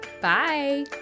Bye